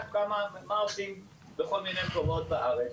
ואמר מה עושים בכול מיני מקומות בארץ.